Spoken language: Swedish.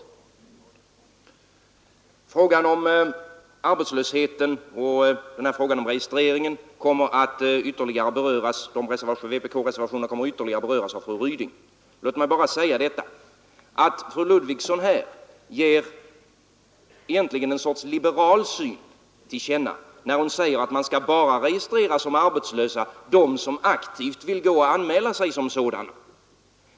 Vpk-reservationerna om arbetslöshet och om registrering kommer att ytterligare beröras av fru Ryding. Låt mig bara säga att fru Ludvigsson egentligen ger en sorts liberal syn till känna när hon säger att man som arbetslösa endast skall registrera dem som aktivt vill gå och anmäla sig som sådana.